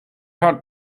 had